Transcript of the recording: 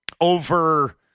over